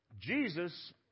Jesus